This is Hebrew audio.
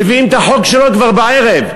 מביאים את החוק שלו כבר בערב.